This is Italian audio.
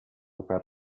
per